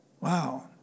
Wow